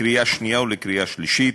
קריאה שנייה וקריאה שלישית.